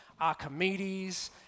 Archimedes